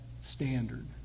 standard